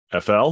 FL